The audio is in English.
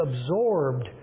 absorbed